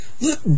Look